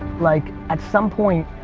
like at some point,